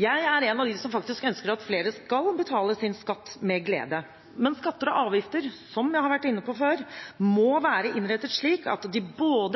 Jeg er en av dem som faktisk ønsker at flere skal betale sin skatt med glede. Men skatter og avgifter, som jeg har vært inne på før, må være innrettet slik at de